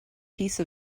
piece